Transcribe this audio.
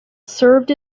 served